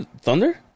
Thunder